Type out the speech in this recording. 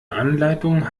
anleitung